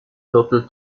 viertel